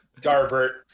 Darbert